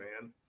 man